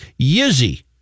Yizzy